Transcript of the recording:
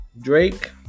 Drake